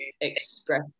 express